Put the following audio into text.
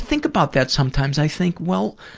think about that sometimes. i think well,